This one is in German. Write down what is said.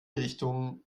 richtungen